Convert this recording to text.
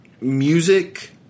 music